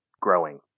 growing